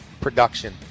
production